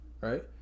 Right